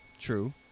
true